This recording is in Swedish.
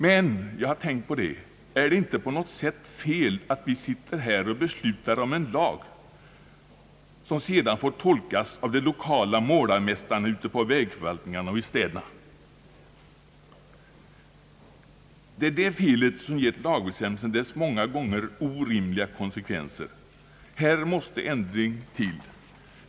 Men är det inte på något sätt fel att vi sitter här och beslutar om en lag, som sedan får tolkas av de lokala målarmästarna ute på vägförvaltningarna och i städerna? Det är det felet som givit lagbestämmelsen dess många gånger orimliga konsekvenser. Här måste en ändring till.